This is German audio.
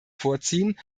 vorziehen